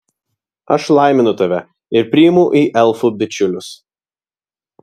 aš laiminu tave ir priimu į elfų bičiulius